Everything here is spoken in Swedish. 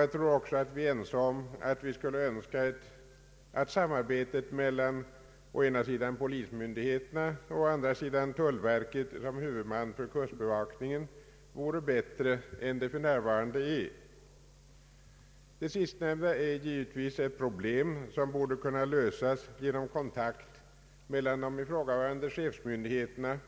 Jag tror också att vi är ense om att önska att samarbetet mellan å ena sidan polismyndigheterna och å andra sidan tullverket som huvudman för kustbevakningen vore bättre än det för närvarande är. Det sistnämnda är givetvis ett problem som borde kunna lösas genom kontakt mellan de ifrågavarande chefsmyndigheterna,